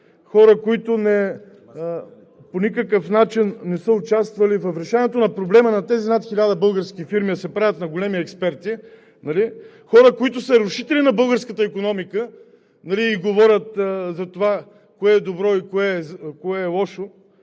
хора, които по никакъв начин не са участвали в решаването на проблема на тези над 1000 български фирми, а се правят на големи експерти, хора, които са рушители на българската икономика и говорят за това кое е добро и кое лошо.